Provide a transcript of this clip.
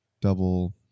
Double